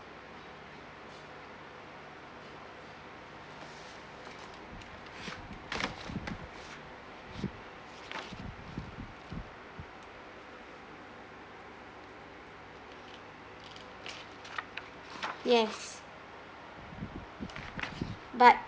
yes but